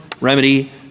remedy